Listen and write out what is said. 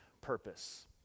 purpose